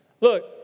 Look